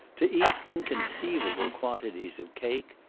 to eat inconceivable quantities of cake,